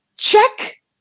check